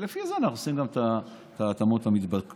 ולפי זה אנחנו עושים גם את ההתאמות המתבקשות.